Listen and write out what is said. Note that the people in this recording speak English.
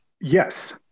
yes